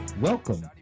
Welcome